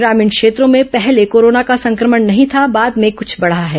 ग्रामीण क्षेत्रों में पहले कोरोना का संक्रमण नहीं था बाद में कुछ बढ़ा है